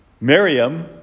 Miriam